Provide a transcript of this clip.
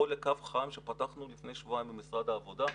או לקו חם שפתחנו לפני שבועיים במשרד העבודה.